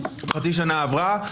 חצי שנה עברה,